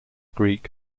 greek